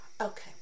Okay